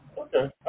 okay